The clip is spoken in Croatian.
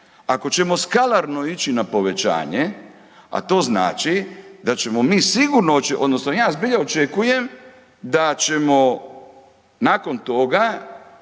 Ako ćemo skalarno ići na povećanje, a to znači da ćemo mi sigurno odnosno ja zbilja očekujem da ćemo nakon toga